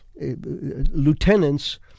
lieutenants